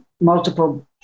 multiple